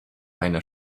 einer